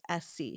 SC